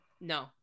no